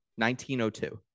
1902